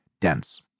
dense